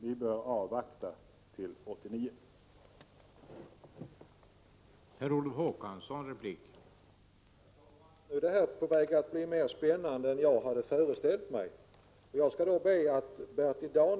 Vi bör avvakta till 1989.